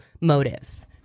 Motives